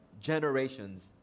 generations